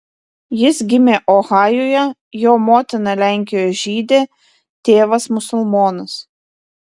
jis gimė ohajuje jo motina lenkijos žydė tėvas musulmonas